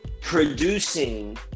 producing